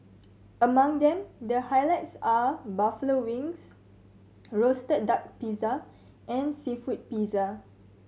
among them the highlights are buffalo wings roasted duck pizza and seafood pizza